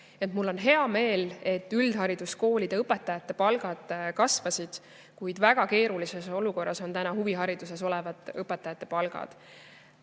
Mul on hea meel, et üldhariduskoolide õpetajate palgad kasvasid, kuid väga keerulises olukorras on täna huvihariduses olevate õpetajate palgad.